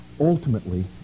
ultimately